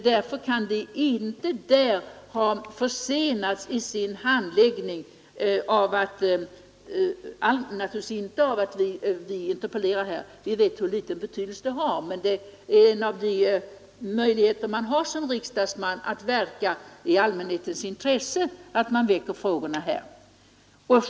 Därför kan man inte i verken ha blivit försenad i sin handläggning av att vi interpellerat här i riksdagen. Vi vet för övrigt hur liten betydelse det har att interpellera, men det är en av de möjligheter vi ändå har som riksdagsledamöter att verka i allmänhetens intresse.